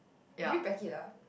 do you back it up